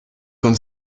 con